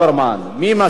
מי משיב לו?